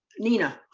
nina.